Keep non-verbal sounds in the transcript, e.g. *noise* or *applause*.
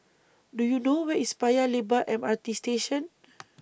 Do YOU know Where IS Paya Lebar M R T Station *noise*